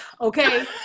Okay